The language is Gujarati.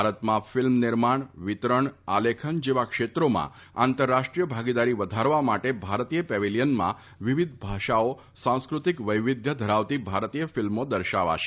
ભારતમાં ફિલ્મ નિર્માણ વિતરણ આલેખન જેવા ક્ષેત્રોમાં આંતરરાષ્ટ્રીય ભાગીદારી વધારવા માટે ભારતીય પેવેલીયનમાં વિવિધ ભાષાઓ સાંસ્કૃતિક વૈવિધ્ય ધરાવતી ભારતીય ફિલ્મો દર્શાવાશે